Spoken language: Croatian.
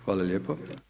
Hvala lijepo.